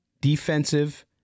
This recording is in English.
defensive